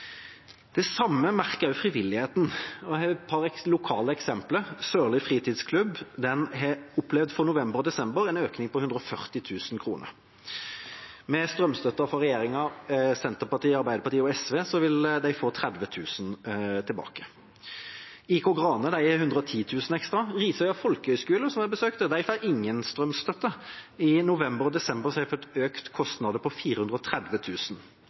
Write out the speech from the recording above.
Det samme merker også frivilligheten, og jeg har et par lokale eksempler. Sørild fritidsklubb har for november og desember opplevd en økning på 140 000 kr. Med strømstøtta fra regjeringa – Senterpartiet, Arbeiderpartiet – med støtte fra SV, vil de få 30 000 kr tilbake. IK Grane har 110 000 kr ekstra. Risøy Folkehøyskole, som jeg har besøkt, får ingen strømstøtte. I november og desember har de fått økte kostnader på